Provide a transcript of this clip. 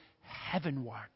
heavenward